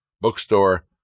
bookstore